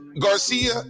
Garcia